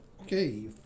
Okay